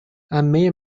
عمه